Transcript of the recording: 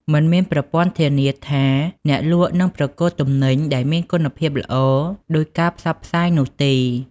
មិនមានប្រព័ន្ធធានាថាអ្នកលក់នឹងប្រគល់ទំនិញដែលមានគុណភាពល្អដូចការផ្សព្វផ្សាយនោះទេ។